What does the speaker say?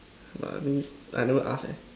but I think I never ask eh